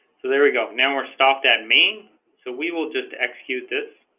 so there we go no more stop that mean so we will just execute this